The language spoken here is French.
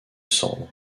cendres